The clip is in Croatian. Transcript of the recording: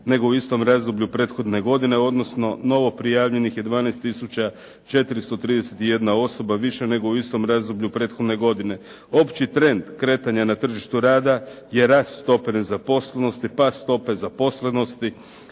nego u istom razdoblju prethodne godine, odnosno novoprijavljenih je 12 tisuća 431 osoba, više nego u istom razdoblju prethodne godine. Opći trend kretanja na tržištu rada je rast stope nezaposlenosti, pad stope zaposlenosti,